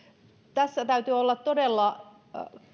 tässä täytyy todella